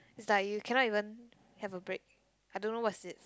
is like you cannot even have a break I don't know what's it